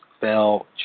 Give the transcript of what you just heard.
Bell